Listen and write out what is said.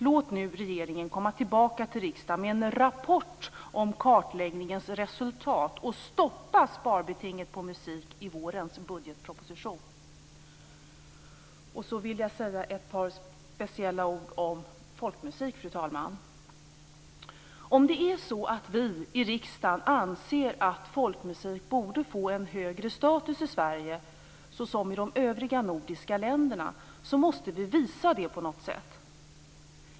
Låt nu regeringen komma tillbaka till riksdagen med en rapport om kartläggningens resultat, och stoppa sparbetinget på musik i vårens budgetproposition! Fru talman! Jag vill säga ett par speciella ord om folkmusik. Om det är så att vi i riksdagen anser att folkmusiken borde få en högre status i Sverige, såsom i de övriga nordiska länderna, så måste vi visa det på något sätt.